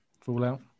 Fallout